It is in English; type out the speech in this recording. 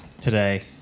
today